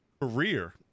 career